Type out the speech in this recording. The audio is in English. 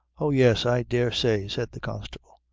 oh yes, i dare say, said the constable.